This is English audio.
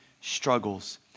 struggles